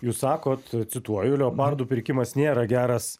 jūs sakot cituoju leopardų pirkimas nėra geras